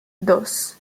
dos